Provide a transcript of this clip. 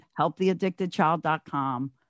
helptheaddictedchild.com